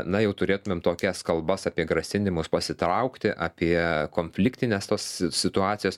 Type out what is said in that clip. na jau turėtumėm tokias kalbas apie grasinimus pasitraukti apie konfliktinės tos situacijos